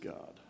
God